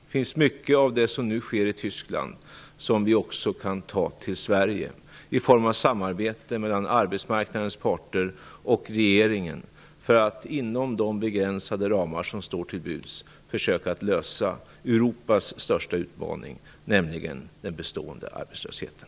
Det finns mycket av det som nu sker i Tyskland som vi också kan ta till Sverige i form av samarbete mellan arbetsmarknadens parter och regeringen för att inom de begränsade ramar som står till buds försöka att lösa Europas största utmaning, nämligen den bestående arbetslösheten.